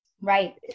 Right